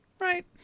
Right